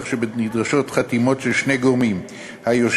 כך שנדרשות חתימות של שני גורמים יחד לצורך ההתקשרות,